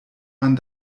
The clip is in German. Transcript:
man